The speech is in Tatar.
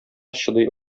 чыдый